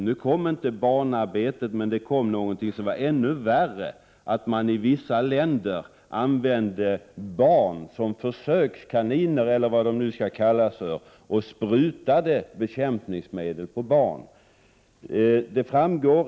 Nu kom inte det upp, men något som var ännu värre: att man i vissa länder använder barn som försökskaniner och sprutar bekämpningsmedel på dem.